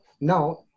now